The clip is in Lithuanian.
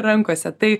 rankose tai